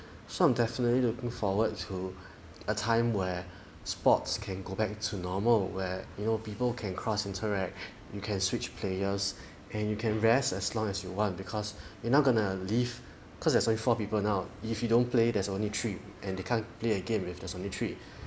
so I'm definitely looking forward to a time where sports can go back to normal where you know people can cross interact you can switch players and you can rest as long as you want because you're not gonna leave cause there's only four people now if you don't play there's only three and they can't play a game with there's only three